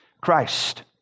Christ